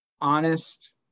honest